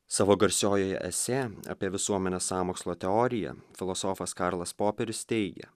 savo garsiojoje esė apie visuomenės sąmokslo teoriją filosofas karlas poperis teigė